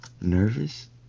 nervous